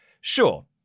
sure